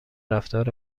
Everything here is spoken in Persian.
رفتار